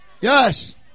Yes